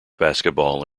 basketball